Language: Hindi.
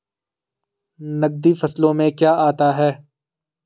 नकदी फसलों में क्या आता है?